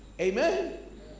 amen